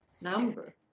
number